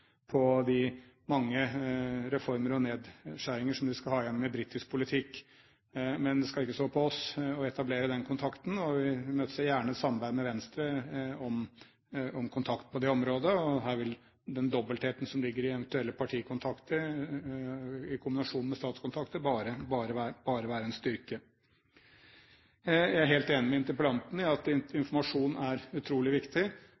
de mange reformer og nedskjæringer som de skal ha gjennom i britisk politikk. Men det skal ikke stå på oss når det gjelder å etablere den kontakten, og vi imøteser gjerne et samarbeid med Venstre om kontakt på det området. Her vil den dobbeltheten som ligger i eventuelle partikontakter i kombinasjon med statskontakter, bare være en styrke. Jeg er helt enig med interpellanten i at informasjon er utrolig viktig.